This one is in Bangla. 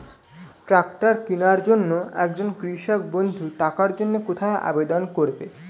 ট্রাকটার কিনার জন্য একজন কৃষক বন্ধু টাকার জন্য কোথায় আবেদন করবে?